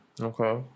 okay